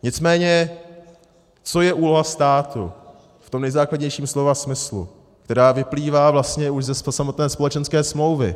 Nicméně co je úloha státu v nejzákladnějším slova smyslu, která vyplývá vlastně už ze samotné společenské smlouvy?